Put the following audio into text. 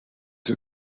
sie